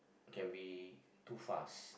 can be too fast